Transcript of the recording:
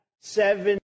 seven